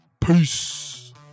Peace